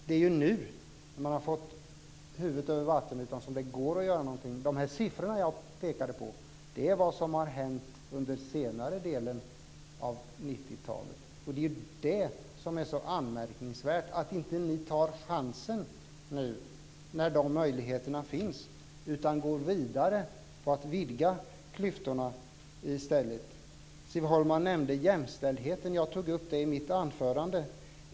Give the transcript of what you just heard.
Det är nu när vi har huvudet ovanför vattenytan som det går att göra någonting. De siffror som jag pekade på är vad som har hänt under den senare delen av 90-talet. Det anmärkningsvärda är att ni inte nu tar chansen när möjligheterna finns utan i stället fortsätter med att vidga klyftorna. Siv Holma nämnde jämställdheten. Jag tog upp den i mitt anförande.